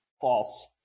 false